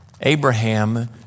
Abraham